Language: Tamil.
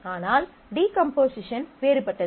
ஆனால் டீகம்போசிஷன் வேறுபட்டது